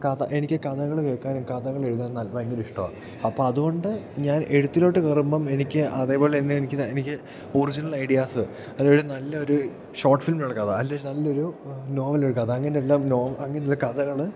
കഥ എനിക്ക് കഥകൾ കേൾക്കാനും കഥകളെഴുതാനും നൽ ഭയങ്കരമിഷ്ടമാണ് അപ്പതു കൊണ്ട് ഞാൻ എഴുത്തിലോട്ട് കയറുമ്പം എനിക്ക് അതേ പോലെ തന്നെയെനിക്ക് എനിക്ക് ഒറിജിനൽ ഐഡിയാസ് അതു വഴി നല്ലൊരു ഷോട്ട് ഫിൽമിനുള്ള കഥ അല്ലേ നല്ലൊരു നോവലിനൊരു കഥ അങ്ങനെയെല്ലാം നോ അങ്ങനെയുള്ള കഥകൾ